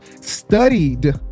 studied